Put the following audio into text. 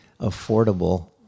affordable